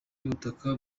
y’ubutaka